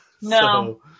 No